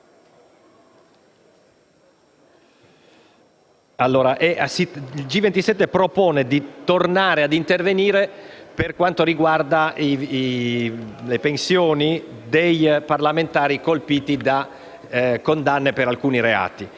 G27 propone di tornare ad intervenire sulle pensioni dei parlamentari colpiti da condanne per alcuni reati.